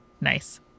Nice